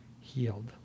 healed